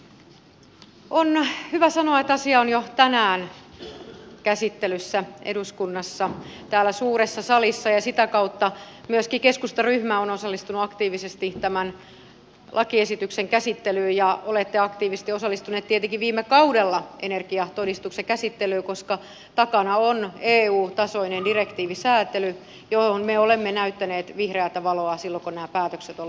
on hyvä sanoa että asia on jo tänään käsittelyssä eduskunnassa täällä suuressa salissa ja sitä kautta myöskin keskustan ryhmä on osallistunut aktiivisesti tämän lakiesityksen käsittelyyn ja olette aktiivisesti osallistuneet tietenkin viime kaudella energiatodistuksen käsittelyyn koska takana on eu tasoinen direktiivisäätely jolle me olemme näyttäneet vihreätä valoa silloin kun nämä päätökset on tehty